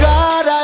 God